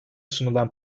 sunulan